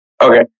Okay